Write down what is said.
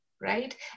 Right